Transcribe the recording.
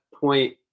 point